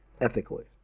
ethically